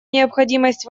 необходимость